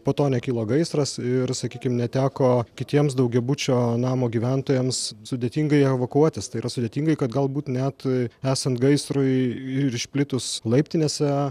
po to nekilo gaisras ir sakykim neteko kitiems daugiabučio namo gyventojams sudėtingai evakuotis tai yra sudėtingai kad galbūt net esant gaisrui išplitus laiptinėse